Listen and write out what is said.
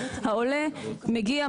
העולה מגיע,